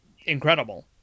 incredible